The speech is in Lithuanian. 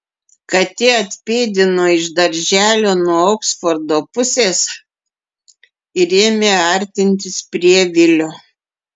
katė atpėdino iš darželio nuo oksfordo pusės ir ėmė artintis prie vilio